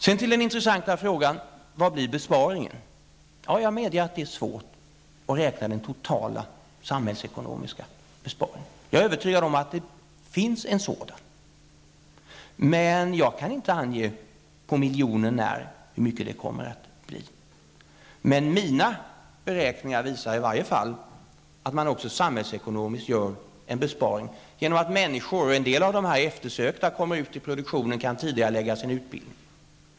Sedan till den intressanta frågan: Vad blir besparingen? Jag medger att det är svårt att beräkna den totala samhällsekonomiska besparingen. Jag är övertygad om att det finns en sådan, men jag kan inte ange på miljonen när hur mycket det kommer att bli. Mina beräkningar visar dock fall att man samhällsekonomiskt gör en besparing genom att människor kommer ut till produktionen -- och en del av dem är eftersökta -- och andra kan tidigarelägga sin utbildning.